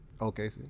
Okay